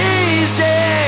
easy